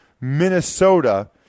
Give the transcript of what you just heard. Minnesota